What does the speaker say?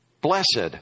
Blessed